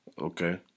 Okay